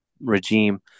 regime